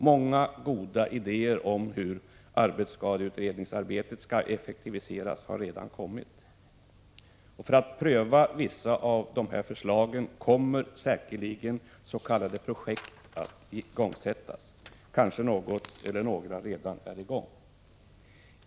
Många goda idéer om hur arbetsskadeutredningsarbetet skall effektiviseras har redan kommit. För att pröva vissa av dessa förslag kommer säkerligen s.k. projekt att igångsättas. Kanske något eller några redan är i gång.